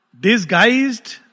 Disguised